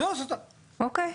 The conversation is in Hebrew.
אוקיי.